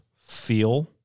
feel